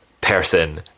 person